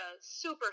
super